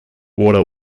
water